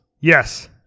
Yes